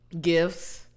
Gifts